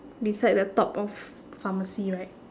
beside the top of pharmacy right